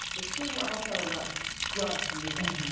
ah she also loves loves music.